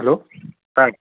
hello sir